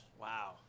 Wow